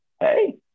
Hey